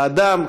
לאדם,